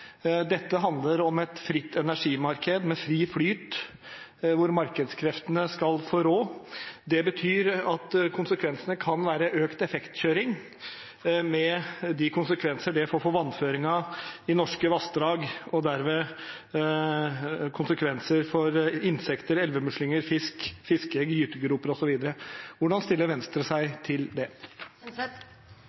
Dette handler om et fritt energimarked, med fri flyt, hvor markedskreftene skal få rå. Det betyr at konsekvensene kan være økt effektkjøring, med de konsekvenser det får for vannføringen i norske vassdrag og derved konsekvenser for insekter, elvemuslinger, fisk, fiskeegg, gytegroper osv. Hvordan stiller Venstre seg til det?